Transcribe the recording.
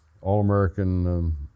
All-American